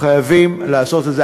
חייבים לעשות את זה.